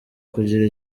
kugira